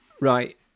Right